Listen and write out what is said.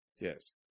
Yes